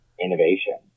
innovation